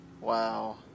Wow